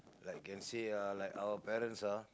like can say ah like our parents ah